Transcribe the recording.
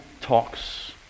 talks